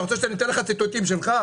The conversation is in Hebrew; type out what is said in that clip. אתה רוצה שאני אתן לך ציטוטים שלך?